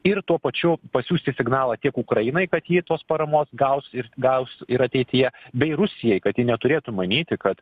ir tuo pačiu pasiųsti signalą tiek ukrainai kad ji tos paramos gaus ir gaus ir ateityje bei rusijai kad ji neturėtų manyti kad